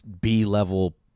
b-level